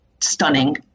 stunning